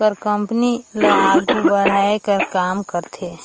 कर कंपनी ल आघु बढ़ाए कर काम करथे